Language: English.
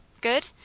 Good